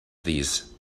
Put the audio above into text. these